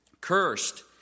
cursed